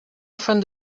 often